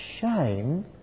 shame